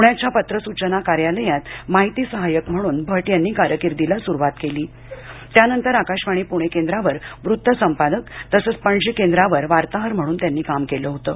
पुण्याच्या पत्र सूचना कार्यालयात माहिती सहाय्यक म्हणून भट यांनी कारकिर्दीला सुरुवात केली त्यानंतर आकाशवाणी पूणे केंद्रावर वृत्त संपादक तसंच पणजी केंद्रावर वार्ताहर म्हणून त्यांनी काम केलं होतं